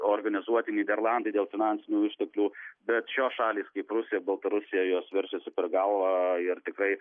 organizuoti nyderlandai dėl finansinių išteklių bet šios šalys kaip rusija baltarusija jos veržiasi per galvą ir tikrai